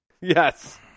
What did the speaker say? Yes